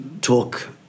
talk